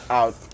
out